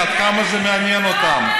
אתה לא יכול לקרוא לנו צבועים.